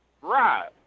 Right